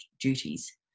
duties